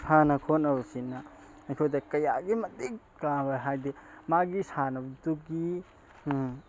ꯁꯥꯟꯅ ꯈꯣꯠꯅꯕꯁꯤꯅ ꯑꯩꯈꯣꯏꯗ ꯀꯌꯥꯒꯤ ꯃꯇꯤꯛ ꯀꯥꯕ ꯍꯥꯏꯗꯤ ꯃꯥꯒꯤ ꯁꯥꯟꯅꯕꯗꯨꯒꯤ